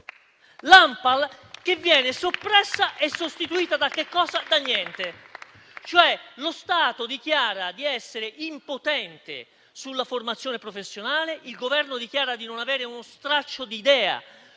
che viene soppressa e sostituita da che cosa? Da niente. Lo Stato dichiara cioè di essere impotente sulla formazione professionale, il Governo dichiara di non avere uno straccio di idea